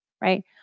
right